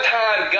time